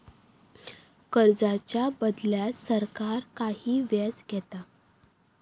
कर्जाच्या बदल्यात सरकार काही व्याज घेता